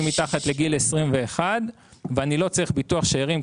מתחת לגיל 21 ואני לא צריך ביטוח שארים,